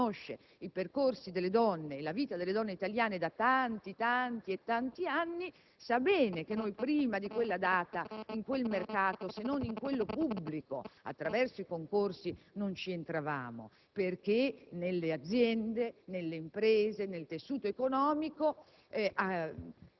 La senatrice Brisca Menapace, che conosce i percorsi delle donne e la vita delle donne italiane da tanti e tanti anni, sa bene che noi prima di quella data, in quel mercato, se non in quello pubblico attraverso i concorsi, non entravamo e non ci inserivamo nelle aziende, nelle imprese e nel tessuto economico